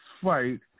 fight